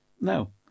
No